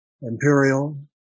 Imperial